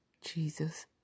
Jesus